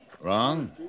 Wrong